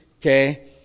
Okay